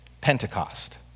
Pentecost